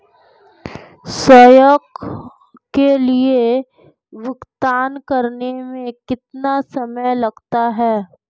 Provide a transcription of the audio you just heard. स्वयं के लिए भुगतान करने में कितना समय लगता है?